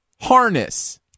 harness